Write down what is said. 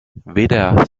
weder